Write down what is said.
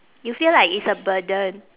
you feel like it's a burden